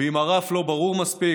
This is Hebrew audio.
ואם הרף לא ברור מספיק,